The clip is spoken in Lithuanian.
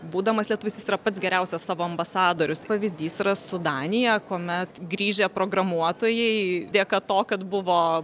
būdamas lietuvis yra pats geriausias savo ambasadorius pavyzdys yra su danija kuomet grįžę programuotojai dėka to kad buvo